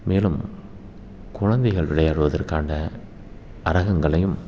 மேலும் குழந்தைகள் விளையாடுவதற்கான அரங்கங்களையும்